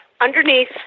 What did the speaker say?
underneath